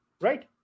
right